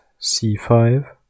c5